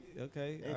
Okay